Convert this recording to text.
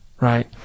Right